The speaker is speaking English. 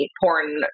porn